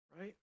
right